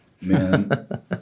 Man